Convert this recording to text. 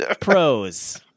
pros